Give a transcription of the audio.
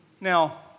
Now